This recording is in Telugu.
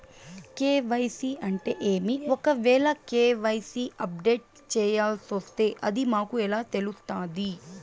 కె.వై.సి అంటే ఏమి? ఒకవేల కె.వై.సి అప్డేట్ చేయాల్సొస్తే అది మాకు ఎలా తెలుస్తాది?